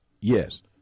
Yes